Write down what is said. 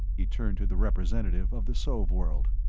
he turned to the representative of the sov-world.